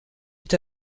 est